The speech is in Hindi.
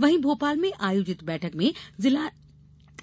वहीं भोपाल में आयोजित बैठक में जिला